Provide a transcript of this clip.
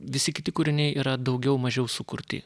visi kiti kūriniai yra daugiau mažiau sukurti